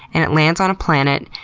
and it lands on a planet,